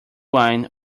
wine